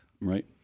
Right